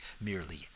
merely